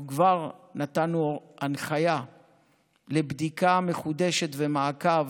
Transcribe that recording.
אנחנו כבר נתנו הנחיה לבדיקה מחודשת ומעקב